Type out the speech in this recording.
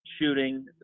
shooting